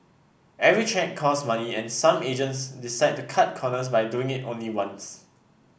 every check costs money and some agents decide to cut corners by doing it only once